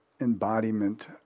embodiment